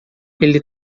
ele